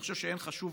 אני חושב שאין חשוב